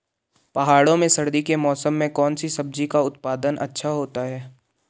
पहाड़ों में सर्दी के मौसम में कौन सी सब्जी का उत्पादन अच्छा होता है?